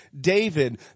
David